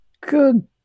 Good